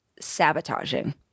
sabotaging